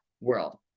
world